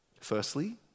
Firstly